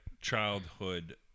Childhood